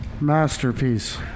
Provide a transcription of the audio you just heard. masterpiece